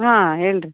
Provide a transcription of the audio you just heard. ಹಾಂ ಹೇಳಿರಿ